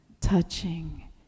touching